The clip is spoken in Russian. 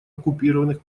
оккупированных